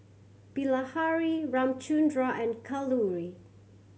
Bilahari Ramchundra and Kalluri